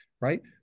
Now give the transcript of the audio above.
right